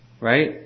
right